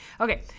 Okay